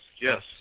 yes